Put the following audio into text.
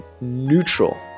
neutral